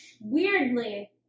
weirdly